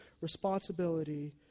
responsibility